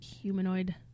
humanoid